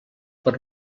per